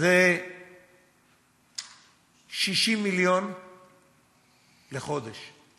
זה 60 מיליון שקל לחודש,